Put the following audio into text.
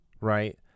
right